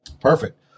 Perfect